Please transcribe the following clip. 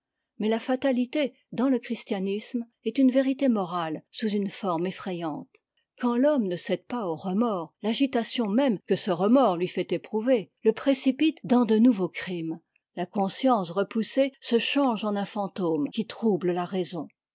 mais la fatalité dans le christianisme est une vérité morale sous une forme effrayante quand l'homme ne cède pas au remords t'agitatibn même que ce remords lui fait éprouver le précipite dans de nouveaux crimes la conscience repoussée se change en un fantôme qui trouble la raison